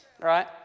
right